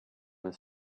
his